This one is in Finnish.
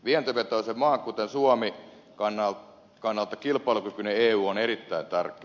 vientivetoisen maan kuten suomen kannalta kilpailukykyinen eu on erittäin tärkeä